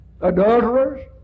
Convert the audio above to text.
adulterers